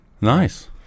Nice